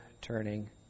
turning